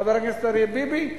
חבר הכנסת אריה ביבי,